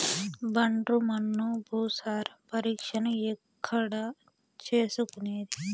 ఒండ్రు మన్ను భూసారం పరీక్షను ఎక్కడ చేసుకునేది?